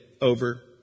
over